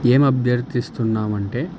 ఏమి అభ్యర్థిస్తున్నాము అంటే